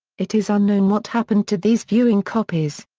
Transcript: it is unknown what happened to these viewing copies.